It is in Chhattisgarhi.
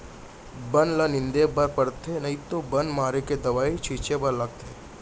बन ल निंदे बर परथे नइ तो बन मारे के दवई छिंचे ल परथे